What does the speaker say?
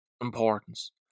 importance